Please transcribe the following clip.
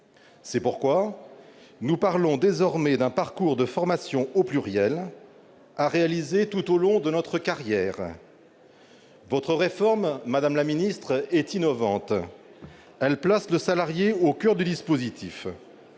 C'est pourquoi nous parlons désormais d'un parcours de formations au pluriel, à réaliser tout au long de notre carrière. Votre réforme, madame la ministre, est innovante. Elle place le salarié au coeur du dispositif